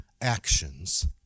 actions